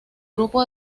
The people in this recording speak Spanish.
grupo